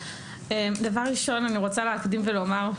דבר ראשון אני רוצה להקדים ולומר,